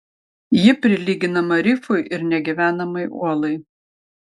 ji prilyginama rifui ir negyvenamai uolai